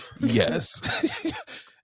yes